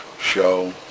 show